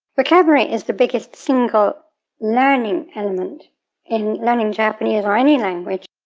vocabulary is the biggest single learning element in learning japanese or any language,